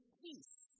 peace